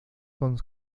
con